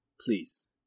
please